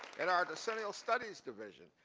and our decennial studies division,